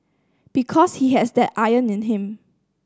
because he has that iron in him